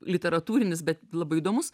literatūrinis bet labai įdomus